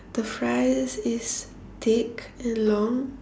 the fries is thick and long